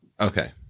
okay